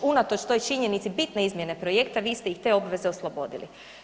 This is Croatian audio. Unatoč toj činjenici bitne izmjene projekta, vi ste ih te obveze oslobodili.